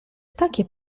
takie